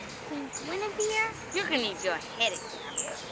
queen guinevere you're gonna need your head examined.